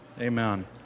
Amen